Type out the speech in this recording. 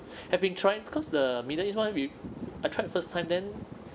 I have been trying because the middle east [one] we I tried first time then